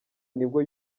nibwo